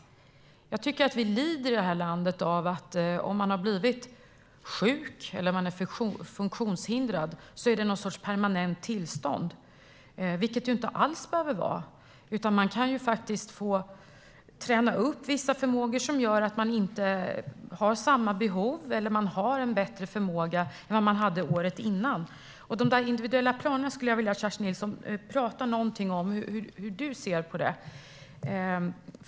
Jag tycker att vi i detta land lider av att om någon har blivit sjuk eller funktionshindrad är detta någon sorts permanent tillstånd, vilket det inte alls behöver vara. Man kan ju faktiskt träna upp vissa förmågor som gör att man inte har samma behov och kanske har en bättre förmåga än man hade året innan. När det gäller de individuella planerna skulle jag vilja att Kerstin Nilsson säger något om hur hon ser på dem.